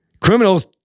Criminals